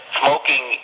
smoking